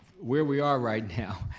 where we are right now,